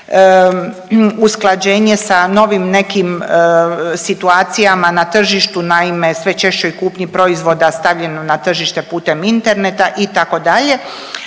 usklađenje sa novim nekim situacijama na tržištu. Naime, sve češćoj kupnji proizvoda stavljeno na tržište putem interneta itd.